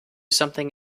something